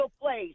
place